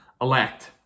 elect